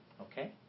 Okay